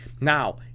now